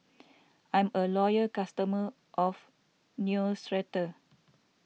I'm a loyal customer of Neostrata